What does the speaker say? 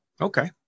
Okay